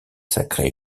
sacré